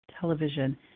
television